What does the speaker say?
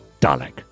Dalek